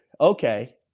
Okay